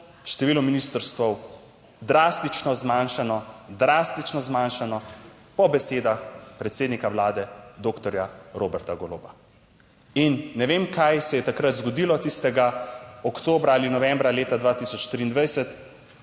število ministrstev drastično zmanjšano. Drastično zmanjšano, po besedah predsednika vlade doktorja Roberta Goloba. In ne vem, kaj se je takrat zgodilo tistega oktobra ali novembra leta 2023.